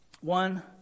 One